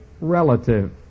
relative